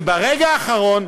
וברגע האחרון,